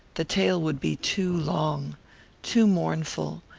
the tale would be too long too mournful.